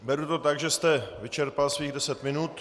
Beru to tak, že jste vyčerpal svých deset minut.